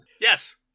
Yes